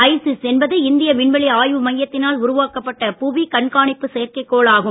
ஹைசிஸ் என்பது இந்திய விண்வெளி ஆய்வு மையத்தினால் உருவாக்கப்பட்ட புவி கண்காணிப்பு செயற்கை கோள் ஆகும்